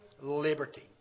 liberty